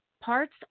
parts